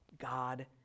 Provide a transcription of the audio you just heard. God